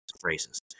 phrases